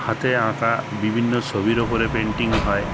হাতে আঁকা বিভিন্ন ছবির উপরে পেন্টিং হয়